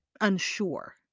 unsure